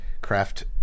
Craft